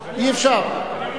אי-אפשר.